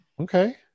okay